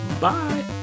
Bye